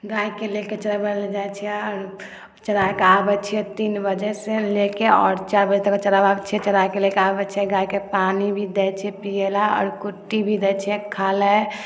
गाइके लेके चरबैलए जाइ छिए चरैके आबै छिए तीन बजे से चारि बजे तक चरबाबै छिए चरैके लेके आबै छै गाइके पानी भी दै छिए पिएलए आओर कुट्टी भी दै छिए खाइलए